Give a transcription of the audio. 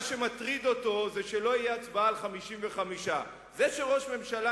מה שמטריד אותו זה שלא יהיה הצבעה על 55. זה שראש ממשלה